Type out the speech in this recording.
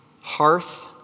hearth